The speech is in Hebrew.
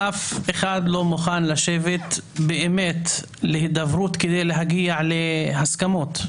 אף אחד לא מוכן לשבת באמת להידברות כדי להגיע להסכמות.